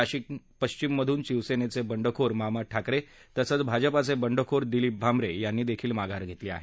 नाशिक पश्चिममधून शिवसेनेचे बंडखोर मामा ठाकरे तसंच भाजपाचे बंडखोर दिलीप भांमरे यांनी माघार घेतली आहे